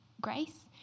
grace